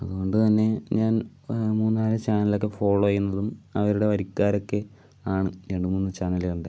അതുകൊണ്ട് തന്നെ ഞാൻ മൂന്ന് നാല് ചാനൽ ഒക്കെ ഫോള്ളോ ചെയ്യുന്നതും അവരുടെ വരിക്കാരൊക്കെ ആണ് രണ്ട് മൂന്ന് ചാനലുകളുടെ